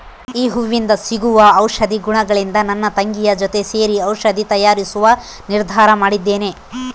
ಈ ಹೂವಿಂದ ಸಿಗುವ ಔಷಧಿ ಗುಣಗಳಿಂದ ನನ್ನ ತಂಗಿಯ ಜೊತೆ ಸೇರಿ ಔಷಧಿ ತಯಾರಿಸುವ ನಿರ್ಧಾರ ಮಾಡಿದ್ದೇನೆ